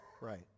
right